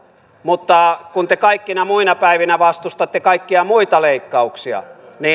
mutta te kaikkina muina päivinä vastustatte kaikkia muita leikkauksia